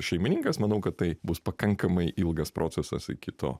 šeimininkas manau kad tai bus pakankamai ilgas procesas iki to